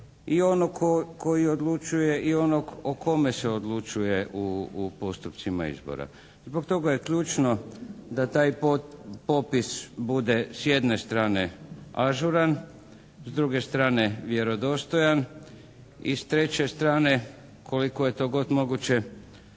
i onog koji odlučuje i onog o kome se odlučuje u postupcima izbora. Zbog toga je ključno da taj popis bude s jedne strane ažuran, s druge strane vjerodostojan i s treće strane koliko je to god moguće